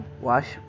Wash